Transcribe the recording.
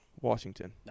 Washington